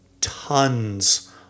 tons